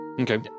Okay